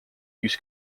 use